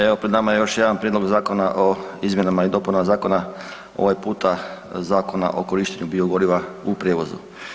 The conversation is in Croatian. Evo pred nama je još jedan Prijedlog zakona o izmjenama i dopunama Zakona ovaj puta Zakona o korištenju biogoriva u prijevozu.